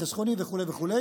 החסכוני וכו'.